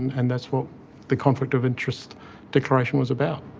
and that's what the conflict of interest declaration was about.